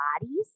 bodies